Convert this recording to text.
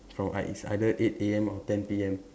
is from is either eight A_M or ten P_M